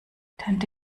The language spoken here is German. tante